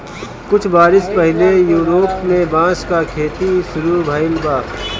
कुछ बरिस पहिले यूरोप में बांस क खेती शुरू भइल बा